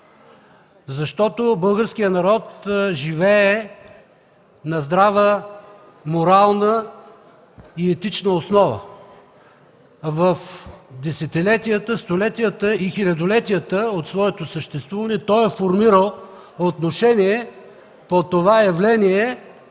Българският народ живее на здрава морална и етична основа. В десетилетията, столетията и хилядолетията от своето съществуване той е формирал отношение по това явление,